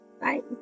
Bye